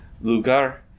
lugar